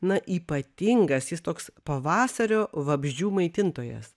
na ypatingas jis toks pavasario vabzdžių maitintojas